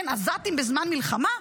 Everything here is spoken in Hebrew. כן, עזתים בזמן מלחמה.